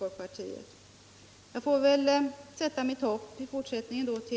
Jag får väl i fortsättningen sätta mitt hopp till herr Henmark.